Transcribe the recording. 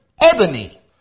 ebony